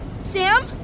Sam